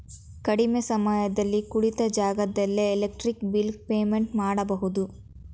ಕಡಿಮೆ ಸಮಯದಲ್ಲಿ ಕುಳಿತ ಜಾಗದಲ್ಲೇ ಎಲೆಕ್ಟ್ರಿಕ್ ಬಿಲ್ ಪೇಮೆಂಟ್ ಮಾಡಬಹುದು